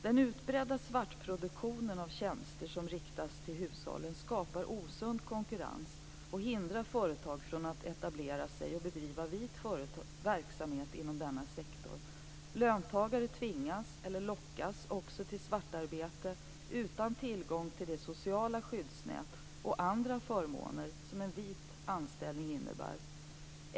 Den utbredda svartproduktionen av tjänster som riktas till hushållen skapar osund konkurrens och hindrar företag från att etablera sig och bedriva vit verksamhet inom denna sektor. Löntagare tvingas eller lockas också till svartarbete utan tillgång till det sociala skyddsnät och andra förmåner som en vit anställning innebär.